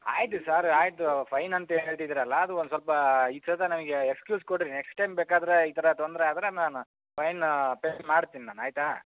ಆಯಿತು ಸರ್ ಆಯಿತು ಫೈನಂತ ಏನು ಹೇಳ್ತಿದ್ದೀರಲ್ಲ ಅದು ಒಂದು ಸ್ವಲ್ಪ ಈ ಸರ್ತಿ ನನಗೆ ಎಸ್ಕ್ಯೂಸ್ ಕೊಡಿರಿ ನೆಕ್ಸ್ಟ್ ಟೈಮ್ ಬೇಕಾದರೆ ಈ ಥರ ತೊಂದರೆ ಆದರೆ ನಾನು ಫೈನ್ ಪೇ ಮಾಡ್ತೀನಿ ನಾನು ಆಯಿತಾ